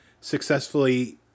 successfully